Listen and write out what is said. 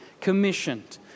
commissioned